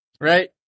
Right